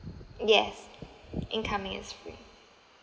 yes incoming is free